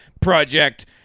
Project